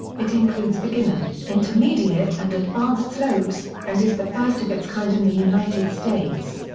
it includes beginner, intermediate and advanced slopes, and is the first of its kind in the united states.